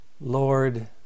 Lord